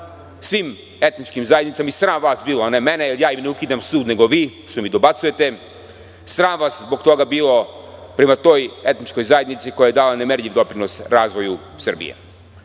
sa mesta: Sram vas bilo.)… i sram vas bilo, a ne mene, jer ja im ne ukidam sud, nego vi, što mi dobacujete. Sram vas zbog toga bilo, prema toj etničkoj zajednici, koja je dala nemerljiv doprinos razvoju Srbije. Žao